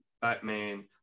batman